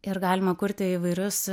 ir galima kurti įvairius